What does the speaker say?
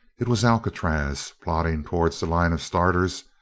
it was alcatraz plodding towards the line of starters,